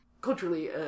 culturally